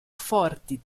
forti